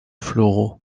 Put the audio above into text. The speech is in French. floraux